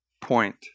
point